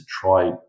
try